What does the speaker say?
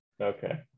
Okay